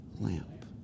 Lamp